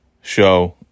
show